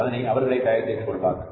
அதனை அவர்களே தயார் செய்து கொள்வார்கள்